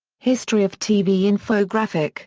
history of tv infographic